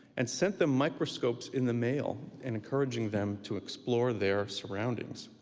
and sent them microscopes in the mail and encouraging them to explore their surroundings.